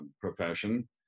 profession